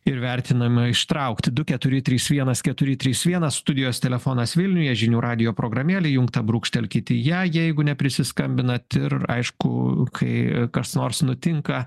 ir vertiname ištraukti du keturi trys vienas keturi trys vienas studijos telefonas vilniuje žinių radijo programėlė įjungta brūkštelkit į ją jeigu neprisiskambinat ir aišku kai kas nors nutinka